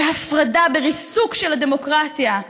בהפרדה, בריסוק של הדמוקרטיה,